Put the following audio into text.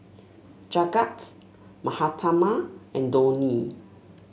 Jagat Mahatma and Dhoni